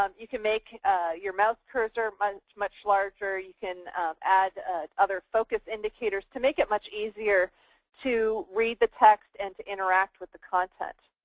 um you can make your mouse cursor much much larger, you can add other focus indicators to make it much easier to read the text and interact with the content.